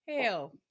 hell